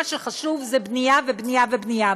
מה שחשוב זה בנייה ובנייה ובנייה,